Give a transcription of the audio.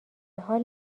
حال